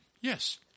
Yes